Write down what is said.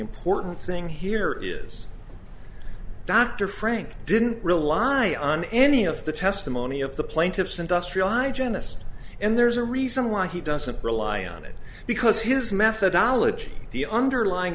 important thing here is dr frank didn't rely on any of the testimony of the plaintiff's industrial hi janice and there's a reason why he doesn't rely on it because his methodology the underlying